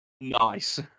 Nice